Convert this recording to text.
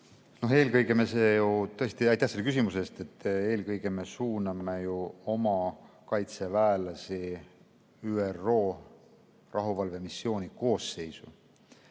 Eelkõige me suuname ju oma kaitseväelasi ÜRO rahuvalvemissiooni koosseisu.